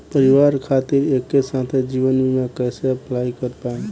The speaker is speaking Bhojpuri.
परिवार खातिर एके साथे जीवन बीमा कैसे अप्लाई कर पाएम?